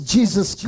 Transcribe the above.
Jesus